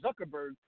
Zuckerberg